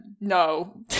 no